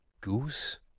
Goose